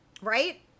Right